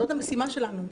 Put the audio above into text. זאת המשימה שלנו.